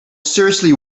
seriously